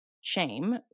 shame